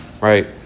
right